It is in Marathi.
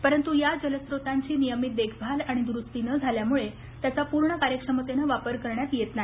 परंतु या जलस्रोतांची नियमित देखभाल आणि दुरुस्ती न झाल्यामुळे त्याचा पूर्ण कार्यक्षमतेने वापर करण्यात येत नाही